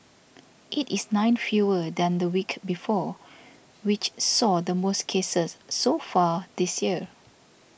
it is nine fewer than the week before which saw the most cases so far this year